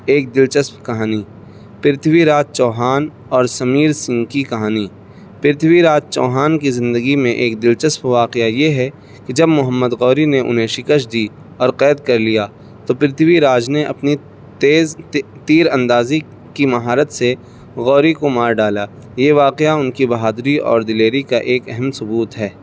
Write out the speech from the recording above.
ایک دلچسپ کہانی پرتھوی راج چوہان اور سمیر سنگھ کی کہانی پرتھوی راج چوہان کی زندگی میں ایک دلچسپ واقعہ یہ ہے کہ جب محمد غوری نے انہیں شکست دی اور قید کر لیا تو پرتھوی راج نے اپنی تیز تیر اندازی کی مہارت سے غوری کو مار ڈالا یہ واقعہ ان کی بہادری اور دلیری کا ایک اہم ثبوت ہے